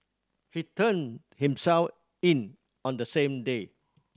he turned himself in on the same day